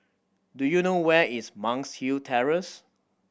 do you know where is Monk's Hill Terrace